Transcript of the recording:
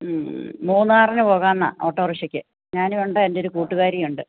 മ് മൂന്നാറിന് പോകാം എന്നാൽ ഓട്ടോറിക്ഷക്ക് ഞാനും ഉണ്ട് എൻ്റെ ഒരു കൂട്ടുകാരിയും ഉണ്ട്